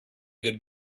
good